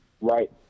Right